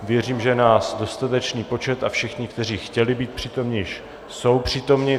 Věřím, že je nás dostatečný počet a všichni, kteří chtěli být přítomni, již jsou přítomni.